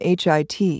HIT